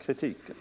kritiken.